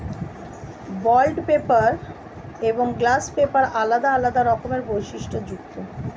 bond paper এবং gloss paper আলাদা আলাদা রকমের বৈশিষ্ট্যযুক্ত